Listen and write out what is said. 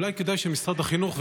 אולי כדאי שמשרד החינוך,